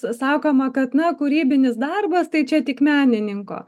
sakoma kad na kūrybinis darbas tai čia tik menininko